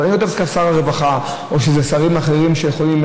ואני לא יודע אם זה דווקא שר הרווחה או שזה שרים אחרים שיכולים,